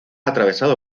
atravesado